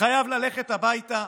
חייב ללכת הביתה,